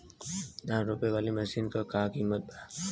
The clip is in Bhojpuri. धान रोपे वाली मशीन क का कीमत बा?